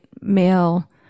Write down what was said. male